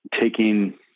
taking